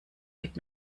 mit